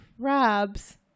crabs